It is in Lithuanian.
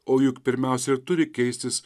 o juk pirmiausia ir turi keistis